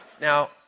Now